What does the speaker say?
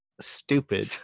Stupid